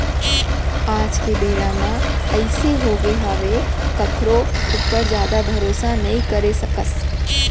आज के बेरा म अइसे होगे हावय कखरो ऊपर जादा भरोसा नइ करे सकस